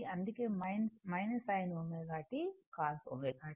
అందుకే sin ω t cos ωt